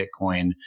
Bitcoin